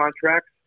contracts